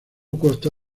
consta